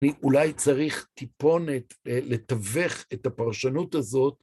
אני אולי צריך טיפונת לתווך את הפרשנות הזאת.